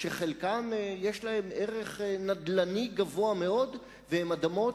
שחלקן יש להן ערך נדל"ני גבוה מאוד והן אדמות